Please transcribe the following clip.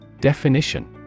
Definition